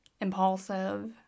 impulsive